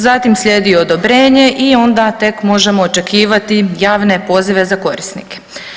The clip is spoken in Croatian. Zatim slijedi odobrenje i onda tek možemo očekivati javne pozive za korisnike.